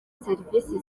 serivisi